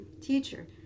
teacher